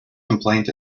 complaint